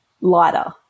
lighter